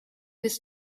his